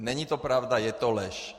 Není to pravda, je to lež.